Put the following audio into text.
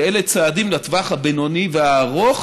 שאלה צעדים לטווח הבינוני והארוך,